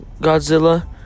Godzilla